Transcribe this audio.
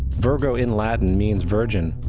virgo in latin means virgin.